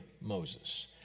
Moses